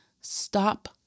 Stop